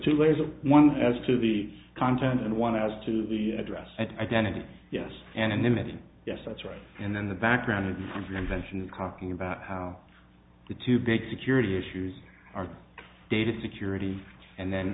two layers of one as to the content and one as to the address at identities yes anonymity yes that's right and then the background of your invention cocking about how the two big security issues are data security and then